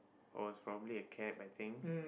oh is probably a cab I think